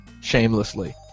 shamelessly